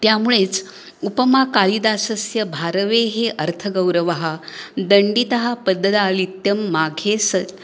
त्यामुळेच उपमा कालिदासस्य भारवेरर्थगौरवम् दण्डिनः पदलालित्यं माघे